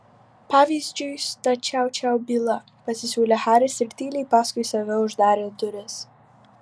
pavyzdžiui su ta čiau čiau byla pasisiūlė haris ir tyliai paskui save uždarė duris